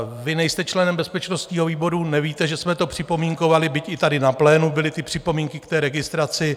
Vy nejste členem bezpečnostního výboru, nevíte, že jsme to připomínkovali, byť i tady na plénu byly připomínky k registraci.